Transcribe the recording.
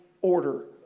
order